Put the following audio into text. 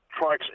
trucks